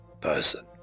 person